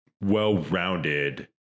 well-rounded